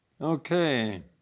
Okay